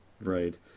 Right